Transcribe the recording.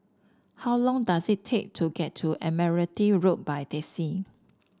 how long does it take to get to Admiralty Road by taxi